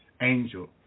angel